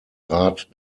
rat